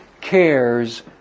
cares